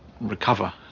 recover